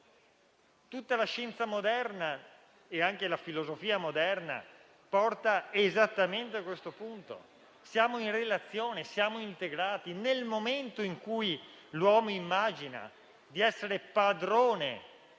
Tutta la scienza moderna e anche la filosofia moderna portano esattamente a questo punto; siamo in relazione e integrati. Nel momento in cui l'uomo immagina di essere padrone,